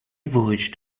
voyaged